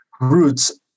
roots